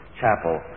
chapel